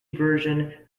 version